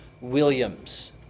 Williams